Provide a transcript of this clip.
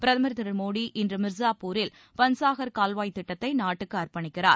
பிரதமர் திரு மோடி இன்று மிர்ஸாபூரில் பன்சாகர் கால்வாய்த் திட்டத்தை நாட்டுக்கு அர்ப்பணிக்கிறார்